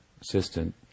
assistant